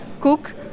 cook